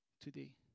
today